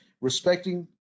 respecting